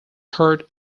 heart